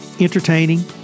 entertaining